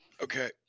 Okay